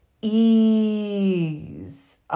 ease